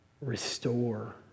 restore